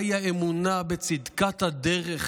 מהי האמונה בצדקת הדרך.